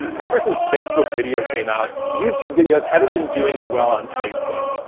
ever since facebook video came out youtube videos haven't been doing as well on facebook.